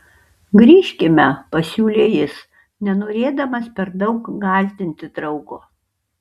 grįžkime pasiūlė jis nenorėdamas per daug gąsdinti draugo